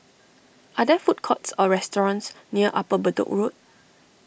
are there food courts or restaurants near Upper Bedok Road